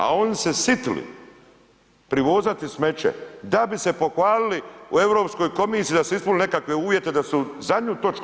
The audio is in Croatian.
A oni se sitili privozati smeće da bi se pohvalili u Europskoj komisiji da su ispunili nekakve uvjete da su zadnju točku